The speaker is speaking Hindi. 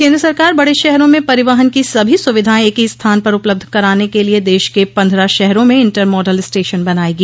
केन्द्र सरकार बडे शहरों में परिवहन की सभी सुविधाएं एक ही सथान पर उपलब्ध कराने के लिए देश के पन्द्रह शहरों में इण्टर मॉडल स्टेशन बनायेगी